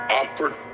opportunity